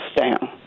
down